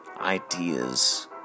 ideas